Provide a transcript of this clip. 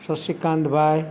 શશિકાંતભાઈ